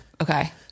Okay